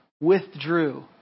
withdrew